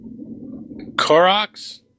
Koroks